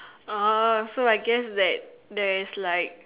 uh so I guess that there is like